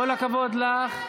אפס מנדטים לך.